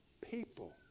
people